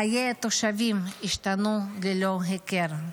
חיי התושבים השתנו ללא היכר.